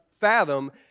fathom